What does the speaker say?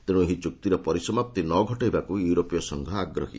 ତେଣୁ ଏହି ଚୂକ୍ତିର ପରିସମାପ୍ତି ନଘଟାଇବାକୁ ୟୁରୋପୀୟ ସଂଘ ଆଗ୍ରହୀ